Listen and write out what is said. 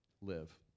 live